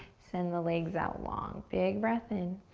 send the legs out long. big breath in.